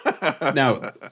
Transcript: Now